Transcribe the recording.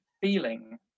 feeling